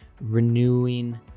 renewing